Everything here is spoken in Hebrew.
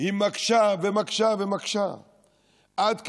היא מקשה ומקשה ומקשה, עד כדי,